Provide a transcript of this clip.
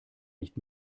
nicht